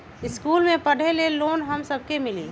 इश्कुल मे पढे ले लोन हम सब के मिली?